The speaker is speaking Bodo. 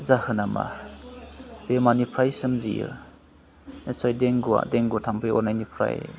जाहोना मा बे मानिफ्राय सोमजियो आदसा देंगुवा देंगु थाम्फै अरनायनिफ्राय